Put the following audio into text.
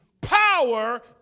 Power